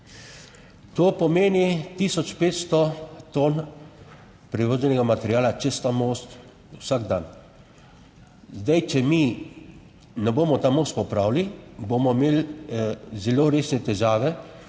To pomeni 1500 ton prevoženega materiala čez ta most vsak dan. Zdaj, če mi ne bomo ta most popravili, bomo imeli zelo resne težave,